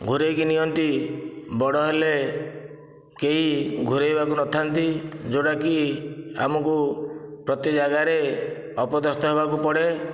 ଘୋଡ଼ାଇକି ନିଅନ୍ତି ବଡ଼ ହେଲେ କେହି ଘୋଡ଼ାଇବାକୁ ନଥାନ୍ତି ଯେଉଁଟାକି ଆମକୁ ପ୍ରତି ଜାଗାରେ ଅପଦସ୍ତ ହେବାକୁ ପଡ଼େ